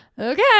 Okay